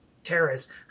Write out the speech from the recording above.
Terrorists